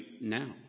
now